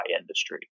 industry